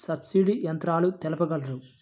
Subsidy యంత్రాలు తెలుపగలరు?